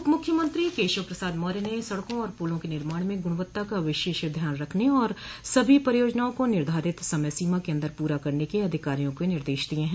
उप मुख्यमंत्री केशव प्रसाद मौर्य ने सड़कों और पुलों के निर्माण में गुणवत्ता का विशेष ध्यान रखने और सभी परियोजनाओं को निर्धारित समय सीमा के अन्दर पूरा करने के अधिकारियों को निर्देश दिये हैं